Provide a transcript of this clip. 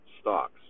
stocks